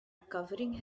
covering